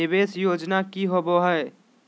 निवेस योजना की होवे है?